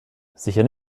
sicher